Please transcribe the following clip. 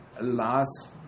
last